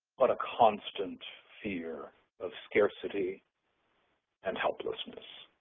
but a constant fear of scarcity and helplessness.